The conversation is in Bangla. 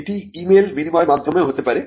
এটি ই মেল বিনিময়ের মাধ্যমেও হতে পারে